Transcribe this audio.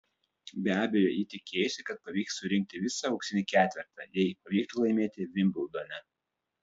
be abejo ji tikėjosi kad pavyks surinkti visą auksinį ketvertą jei pavyktų laimėti vimbldone